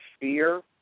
fear